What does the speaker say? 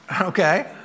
Okay